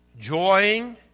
joying